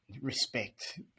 respect